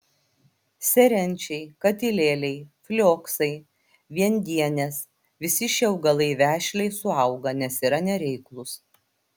serenčiai katilėliai flioksai viendienės visi šie augalai vešliai suauga nes yra nereiklūs